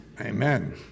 Amen